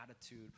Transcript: attitude